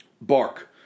Bark